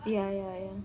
ya ya ya